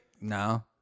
No